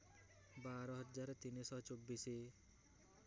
ବାରହଜାର ତିନିଶହ ଚୋବିଶି